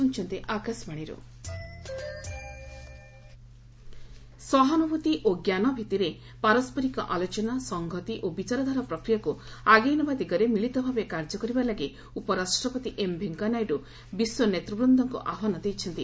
Naidu Vietnam ସହାନୁଭୂତି ଓ ଜ୍ଞାନ ଭିଭିରେ ପାରସ୍କରିକ ଆଲୋଚନା ସଂହତି ଓ ବିଚାରଧାରା ପ୍ରକ୍ରିୟାକୁ ଆଗେଇ ନେବା ଦିଗରେ ମିଳିତ ଭାବେ କାର୍ଯ୍ୟ କରିବାଲାଗି ଉପରାଷ୍ଟ୍ରପତି ଏମ୍ ଭେଙ୍କିୟା ନାଇଡୁ ବିଶ୍ୱ ନେତୃବୃନ୍ଦଙ୍କୁ ଆହ୍ୱାନ ଦେଇଛନ୍ତି